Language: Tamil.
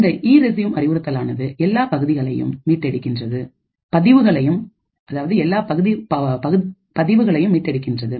இந்த இரெஸ்யூம் அறிவுறுத்தல் ஆனது எல்லா பதிவுகளையும் மீட்டு எடுக்கின்றது